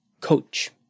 coach